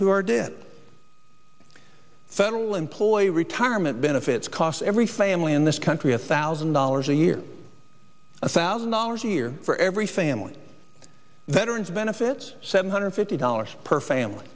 to our do it federal employee retirement benefits cost every family in this country a thousand dollars a year a thousand dollars a year for every family veterans benefits seven hundred fifty dollars per family